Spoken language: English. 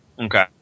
Okay